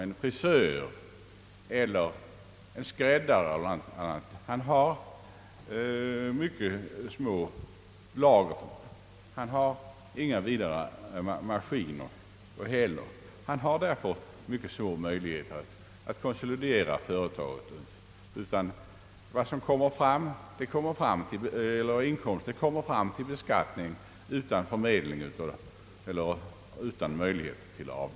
En frisör, en skräddare eller liknande företagare har exempelvis synnerligen små lager och inte särskilt mycket maskiner heller. Därför saknar han nästan helt möjligheter att konsolidera företaget via beskattningen — all inkomst beskattas med ringa möjlighet till avdrag. Han har små möjligheter att lägga upp reserver.